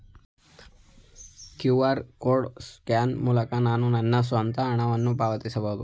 QR code scan ಮೂಲಕ ನಾನು ನನ್ನ ಸ್ವಂತ ಹಣವನ್ನು ಪಾವತಿಸಬಹುದೇ?